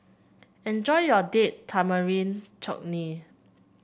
enjoy your Date Tamarind Chutney